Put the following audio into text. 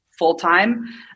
full-time